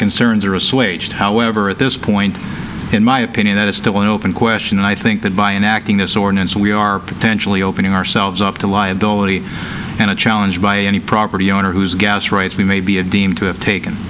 concerns are assuaged however at this point in my opinion that is still an open question and i think that by enacting this ordinance we are potentially opening ourselves up to liability and a challenge by any property owner whose gas rights we may be a deemed t